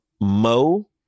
Mo